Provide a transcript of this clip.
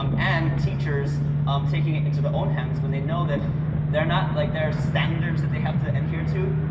um and teachers um taking it into their own hands when they know that they're not like, there are standards that they have to adhere to.